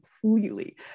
completely